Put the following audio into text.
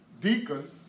Deacon